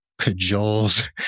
cajoles